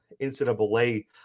NCAA